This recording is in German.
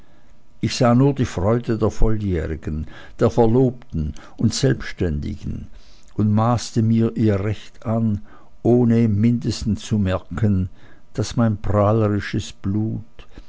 ich sah nur die freude der volljährigen der verlobten und selbständigen und maßte mir ihr recht an ohne im mindesten zu merken daß mein prahlerisches blut